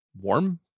warm